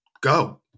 go